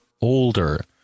older